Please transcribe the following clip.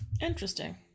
Interesting